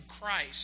Christ